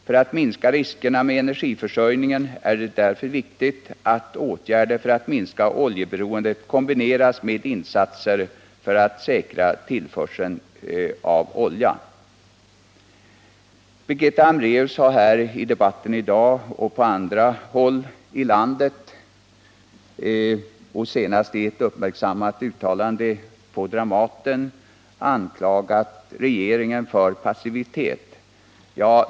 För att minska riskerna med energiförsörjningen är det därför viktigt att åtgärder för att minska oljeberoendet kombineras med insatser för att säkra tillförseln av olja. Birgitta Hambraeus har i debatten här i dag — och även på andra håll i landet, senast i ett uppmärksammat uttalande på Dramaten — anklagat regeringen för passivitet.